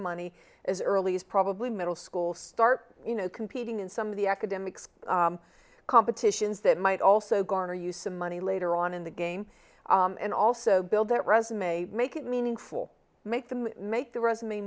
money as early as probably middle school start you know competing in some of the academics competitions that might also garner you some money later on in the game and also build that resume make it meaningful make them make the resume